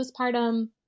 postpartum